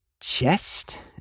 Chest